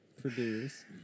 produce